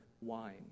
wine